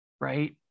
Right